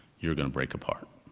you're gonna break apart.